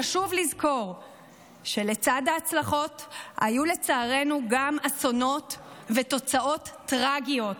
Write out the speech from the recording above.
חשוב לזכור שלצד ההצלחות היו לצערנו גם אסונות ותוצאות טרגיות.